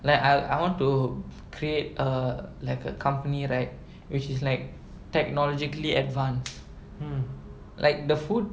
like I I want to create a like a company right which is like technologically advanced like the food